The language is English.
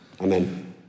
Amen